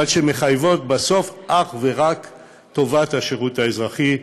אבל שמחייבות בסוף אך ורק את טובת השירות האזרחי,